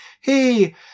hey